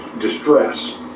distress